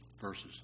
verses